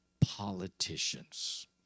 politicians